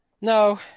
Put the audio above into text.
No